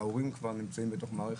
ההורים כבר נמצאים בתוך מערכת.